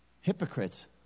Hypocrites